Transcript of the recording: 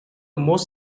most